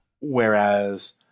Whereas